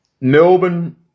Melbourne